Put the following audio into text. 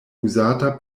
uzata